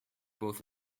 both